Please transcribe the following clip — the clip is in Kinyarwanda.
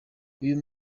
uyu